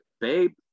babe